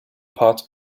pot